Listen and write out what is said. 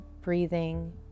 breathing